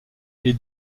les